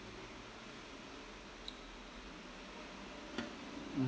mm